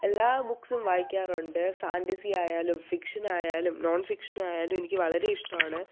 എല്ലാ ബുക്സും വായിക്കാറുണ്ട് ഫാന്റസി ആയാലും ഫിക്ഷനായാലും നോൺ ഫിക്ഷൻ ആയാലും എനിക്ക് വളരെ ഇഷ്ടമാണ്